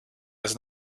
was